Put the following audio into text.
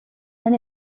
lan